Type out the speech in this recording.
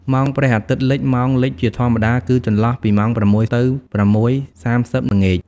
ម៉ោងព្រះអាទិត្យលិច ម៉ោងលិចជាធម្មតាគឺចន្លោះពី ៦ ទៅ ៦:៣០ ល្ងាច។